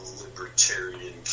libertarian